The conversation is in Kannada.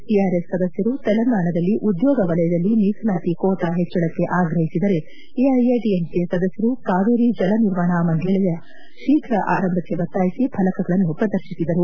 ಟಆರ್ಎಸ್ ಸದಸ್ಥರು ತೆಲಂಗಾಣದಲ್ಲಿ ಉದ್ಯೋಗ ವಲಯದಲ್ಲಿ ಮೀಸಲಾತಿ ಕೋಟಾ ಹೆಚ್ಚಳಕ್ಕೆ ಆಗ್ರಹಿಸಿದರೆ ಎಐಎಡಿಎಂಕೆ ಸದಸ್ಕರು ಕಾವೇರಿ ಜಲ ನಿರ್ವಹಣಾ ಮಂಡಳಿಯ ಶೀಘ್ರ ಆರಂಭಕ್ಕೆ ಒತ್ತಾಯಿಸಿ ಫಲಕಗಳನ್ನು ಪ್ರದರ್ಶಿಸಿದರು